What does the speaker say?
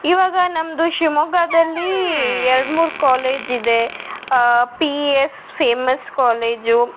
ಇವಾಗ ನಮ್ಮದು ಶಿವಮೊಗ್ಗದಲ್ಲಿ ಎರಡು ಮೂರು ಕಾಲೇಜಿದೆ P E S famous college